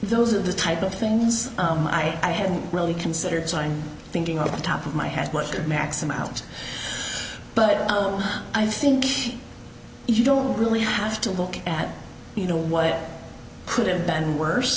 those are the type of things i hadn't really considered so i'm thinking off the top of my head what could max amount but oh i think you don't really have to look at you know what could have been worse